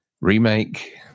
remake